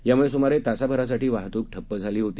यामुळे सुमारे तासाभरासाठी वाहतूक ठप्प झाली होती